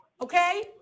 Okay